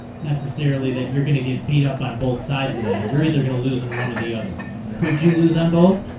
necessarily that you're going to get beat up on both sides of that you're either gonna lose and one of the other. could you. you lose on both.